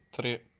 tre